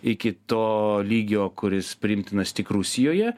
iki to lygio kuris priimtinas tik rusijoje